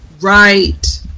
Right